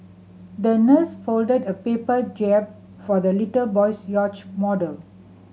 the nurse folded a paper jib for the little boy's yacht model